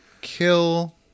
kill